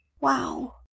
wow